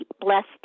blessed